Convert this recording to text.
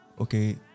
Okay